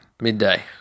Midday